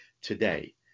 today